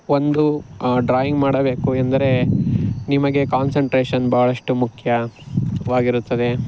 ಒಂದು ಡ್ರಾಯಿಂಗ್ ಮಾಡಬೇಕು ಎಂದರೆ ನಿಮಗೆ ಕಾನ್ಸಂಟ್ರೇಷನ್ ಬಹಳಷ್ಟು ಮುಖ್ಯವಾಗಿರುತ್ತದೆ